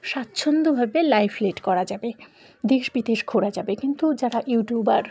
স্বাচ্ছন্দ্যভাবে life lead করা যাবে দেশ বিদেশ ঘোরা যাবে কিন্তু যারা ইউটিউবার